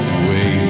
away